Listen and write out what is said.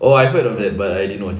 oh I heard of that but I didn't watch it